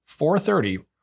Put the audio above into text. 4.30